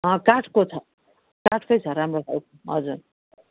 काठको छ काठकै छ राम्रो खालको हजर